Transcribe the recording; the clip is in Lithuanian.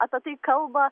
apie tai kalba